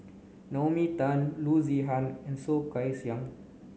Naomi Tan Loo Zihan and Soh Kay Siang